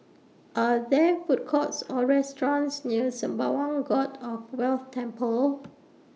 Are There Food Courts Or restaurants near Sembawang God of Wealth Temple